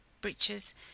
breeches